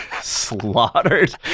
slaughtered